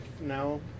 now